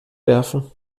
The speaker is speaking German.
werfen